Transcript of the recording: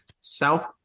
south